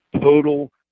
total